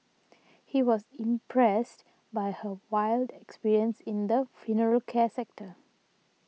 he was impressed by her wide experience in the funeral care sector